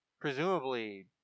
Presumably